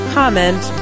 comment